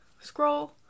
Scroll